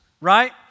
right